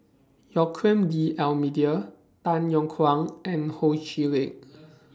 Joaquim D'almeida Tay Yong Kwang and Ho Chee Lick